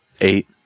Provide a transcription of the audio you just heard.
eight